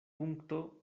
punkto